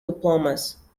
diplomas